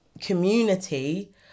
community